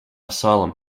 asylum